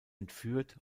entführt